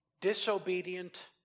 Disobedient